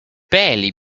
barely